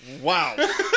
wow